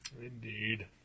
Indeed